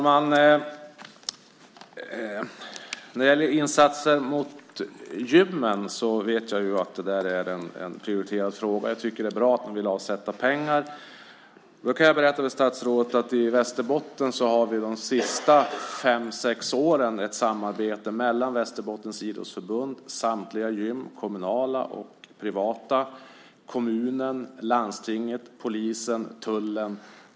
Herr talman! Insatser mot gymmen är en prioriterad fråga. Det är bra att man vill avsätta pengar. Jag kan berätta för statsrådet att vi i Västerbotten de senaste fem sex åren har haft ett samarbete mellan Västerbottens Idrottsförbund, samtliga gym - kommunala och privata - kommunen, landstinget, polisen och tullen.